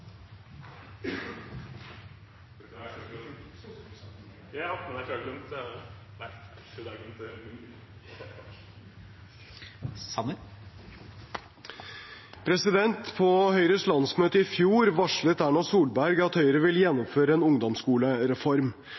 På Høyres landsmøte i fjor varslet Erna Solberg at Høyre vil gjennomføre en ungdomsskolereform.